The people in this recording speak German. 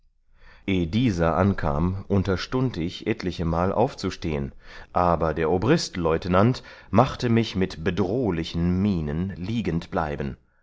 dieser ankam unterstund ich etlichemal aufzustehen aber der obristleutenant machte mich mit bedrohlichen mienen liegend bleiben